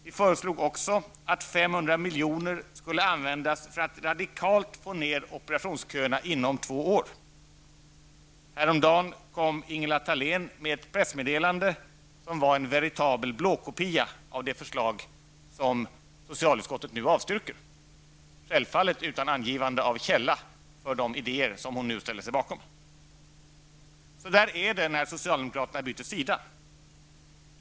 Vi föreslog också att 500 miljoner skulle användas för att radikalt få ned operationsköerna inom två år. Häromdagen kom Ingela Thalén med ett pressmeddelande som var en varitabel blåkopia av det förslag som socialutskottet nu avstyrker, självfallet utan angivande av källa för de idéer som hon nu ställer sig bakom. Så är det socialdemokraterna byter sida.